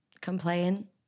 complain